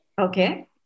Okay